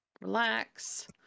relax